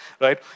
right